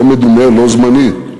לא מדומה, לא זמני.